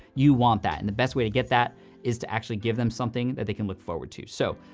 you want that, and the best way to get that is to actually give them something that they can look forward to. so,